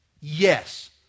yes